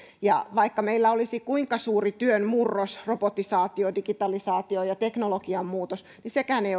ja vaikka meillä olisi kuinka suuri työn murros robotisaatio digitalisaatio ja teknologian muutos niin sekään ei